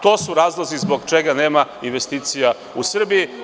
To su razlozi zbog čega nema investicija u Srbiji.